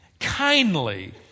kindly